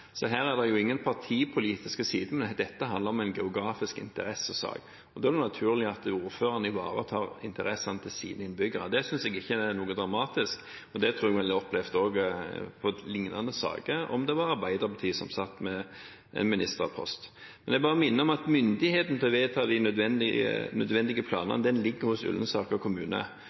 Så her er det ingen partipolitiske sider. Dette er om en geografisk interesse-sak. Da er det naturlig at ordføreren ivaretar interessene til sine innbyggere. Det synes jeg ikke er noe dramatisk. Jeg tror vi ville opplevd det også i liknende saker om det var Arbeiderpartiet som satt med en ministerpost. Jeg vil bare minne om at myndigheten til å vedta de nødvendige planene ligger hos Ullensaker kommune.